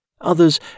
others